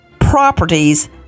properties